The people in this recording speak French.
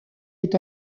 est